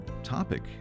topic